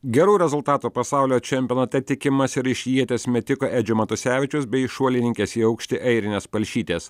gerų rezultatų pasaulio čempionate tikimasi ir iš ieties metiko edžio matusevičiaus bei šuolininkės į aukštį airinės palšytės